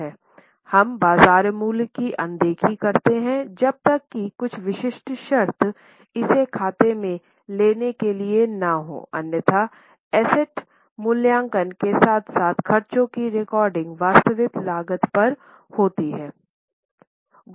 हम बाजार मूल्य की अनदेखी करते हैं जब तक कि कुछ विशिष्ट शर्त इसे खाते में लेने के लिए न हो अन्यथा एसेट मूल्यांकन के साथ साथ खर्चों की रिकॉर्डिंग वास्तविक लागत पर होती है